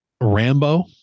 Rambo